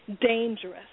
dangerous